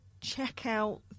checkout